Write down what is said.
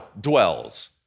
dwells